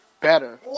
better